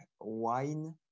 wine